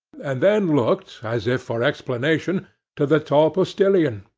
and then looked as if for explanation to the tall postilion,